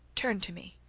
turned to me.